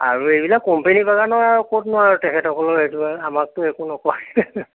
আৰু এইবিলাক কোম্পানী বাগানৰ আৰু ক'তনো আৰু তেখেতেসকলৰ সেইটো আমাকটো একো নকয়